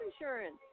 insurance